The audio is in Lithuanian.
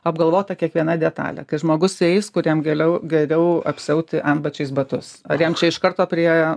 apgalvota kiekviena detalė kai žmogus eis kuriam vėliau geriau apsiauti antbačiais batus ar jam čia iš karto prie